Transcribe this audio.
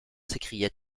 s’écria